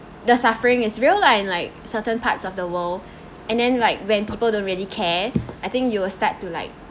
the suffering is real like like certain parts of the world and then like when people don't really care I think you will start to like